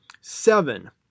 seven